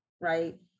right